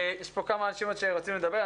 יש פה כמה אנשים שרוצים לדבר.